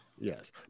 yes